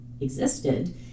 existed